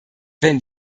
wenn